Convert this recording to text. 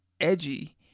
edgy